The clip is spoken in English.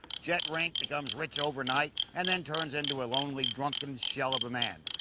jett rink becomes rich overnight and then turns into a lonely, drunken shell of a man.